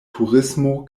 turismo